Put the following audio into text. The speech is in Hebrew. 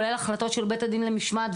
כולל החלטות של בית הדין למשמעת,